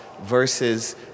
versus